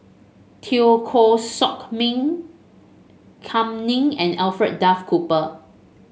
Teo Koh Sock Miang Kam Ning and Alfred Duff Cooper